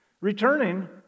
returning